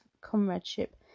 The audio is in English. comradeship